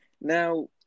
Now